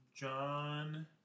John